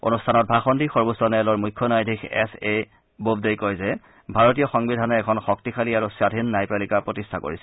অনুষ্ঠানত ভাষণ দি সৰ্বোচ্চ ন্যায়ালয়ৰ মুখ্য ন্যায়াধীশ এছ এ বোবডেই কয় যে ভাৰতীয় সংবিধানে এখন শক্তিশালী আৰু স্বাধীন ন্যায়পালিকা প্ৰতিষ্ঠা কৰিছে